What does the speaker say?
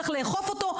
צריך לאכוף אותו,